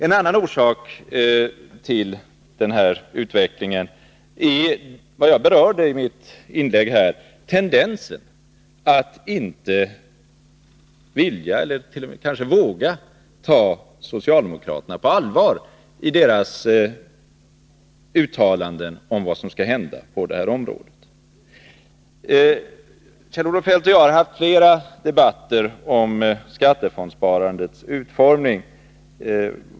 En annan orsak till den här utvecklingen är vad jag berörde i mitt inlägg, nämligen tendensen att inte vilja eller kanske inte våga ta socialdemokraterna på allvar i deras uttalanden om vad som skall hända på detta område. Kjell-Olof Feldt och jag har haft flera debatter om skattefondssparandets utformning.